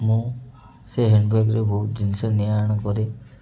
ମୁଁ ସେ ହ୍ୟାଣ୍ଡବ୍ୟାଗ୍ରେ ବହୁତ ଜିନିଷ ନି ଆଣ କରେ